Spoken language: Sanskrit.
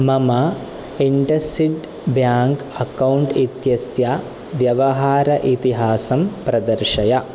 मम इण्डसिण्ड् बेङ्क् अकौण्ट् इत्यस्य व्यवहार इतिहासं प्रदर्शय